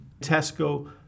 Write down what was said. Tesco